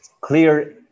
clear